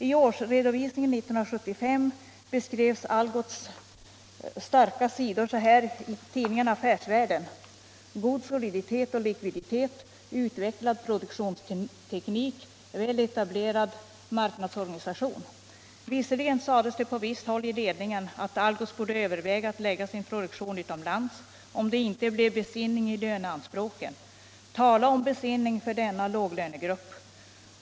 I årsredovisningen 1975 beskrevs Algots starka sidor så här i tidskriften Affärsvärlden: ”- God soliditet och likviditet —- Utvecklad produktionsteknik - Väl etablerad marknadsorganisation.” 143 Visserligen sades det på visst håll i ledningen att Algots borde överväga att lägga sin produktion utomlands, om det inte blev besinning i löneanspråken. Tala om besinning för denna låglönegrupp!